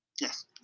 Yes